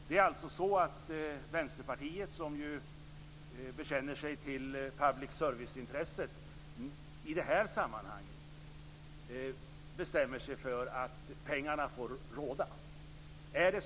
Det är alltså så att Vänsterpartiet, som ju bekänner sig till public service-intresset, i det här sammanhanget bestämmer sig för att pengarna får råda.